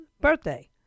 birthday